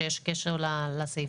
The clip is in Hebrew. שיש קשר לסעיף.